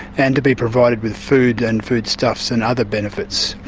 and to be provided with food and foodstuffs and other benefits.